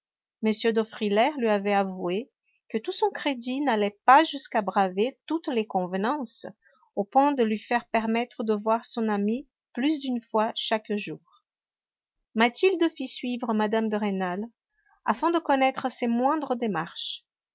m de frilair lui avait avoué que tout son crédit n'allait pas jusqu'à braver toutes les convenances au point de lui faire permettre de voir son ami plus d'une fois chaque jour mathilde fit suivre mme de rênal afin de connaître ses moindres démarches